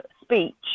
speech